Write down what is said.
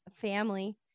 family